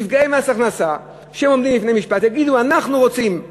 נפגעי מס הכנסה שעומדים לפני משפט יגידו: אנחנו רוצים.